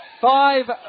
five